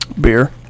Beer